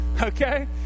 Okay